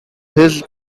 his